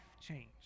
change